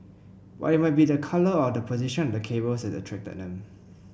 but it might be the colour or the position of the cables that's attracted them